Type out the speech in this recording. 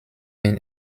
been